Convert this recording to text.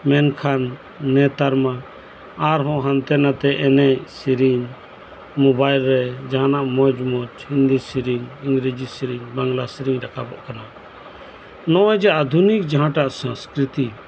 ᱢᱮᱠᱷᱟᱱ ᱱᱮᱛᱟᱨ ᱢᱟ ᱟᱨ ᱦᱚᱸ ᱦᱟᱱᱛᱮ ᱱᱟᱛᱮ ᱮᱱᱮᱡ ᱥᱮᱨᱮᱧ ᱢᱚᱵᱟᱭᱤᱞ ᱨᱮ ᱡᱟᱦᱟᱸᱱᱟᱜ ᱢᱚᱸᱡᱽ ᱢᱚᱸᱡᱽ ᱦᱤᱱᱫᱤ ᱥᱮᱨᱮᱧ ᱤᱝᱨᱮᱡᱤ ᱥᱮᱨᱮᱧ ᱵᱟᱝᱞᱟ ᱥᱮᱨᱮᱧ ᱨᱟᱠᱟᱵᱚᱜ ᱠᱟᱱᱟ ᱱᱚᱜ ᱚᱭ ᱡᱮ ᱟᱫᱷᱩᱱᱤᱠ ᱡᱟᱦᱟᱸᱴᱟᱜ ᱥᱚᱥᱝᱚᱥᱠᱨᱤᱛᱤ